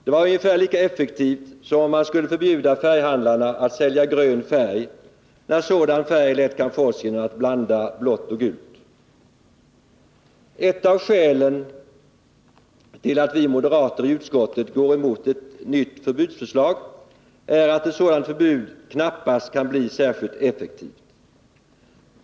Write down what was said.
Det var ungefär lika effektivt som om man skulle förbjuda färghandlarna att sälja grön färg, när sådan färg lätt kan fås genom att blanda blått och gult. Ett av skälen till att vi moderater i utskottet går emot ett nytt förbudsförslag är att ett sådant förbud knappast kan bli särskilt effektivt.